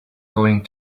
going